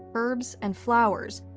herbs, and flowers,